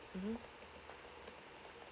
mmhmm